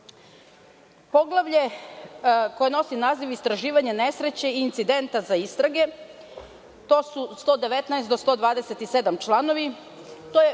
vlade. Poglavlje koje nosi naziv – Istraživanje nesreće i incidenta za istrage, to su 119. do 127. članovi.